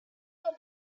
will